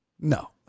No